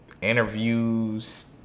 interviews